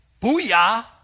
booyah